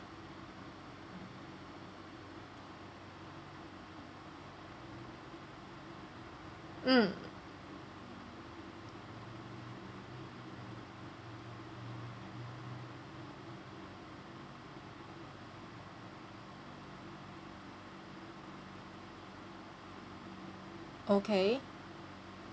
mm okay